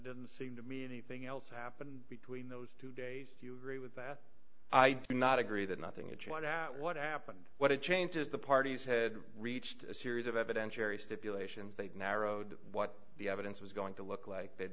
doesn't seem to mean anything else happened between those two days do you agree with that i do not agree that nothing a child at what happened what changes the parties had reached a series of evidentiary stipulations they narrowed what the evidence was going to look like they